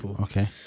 okay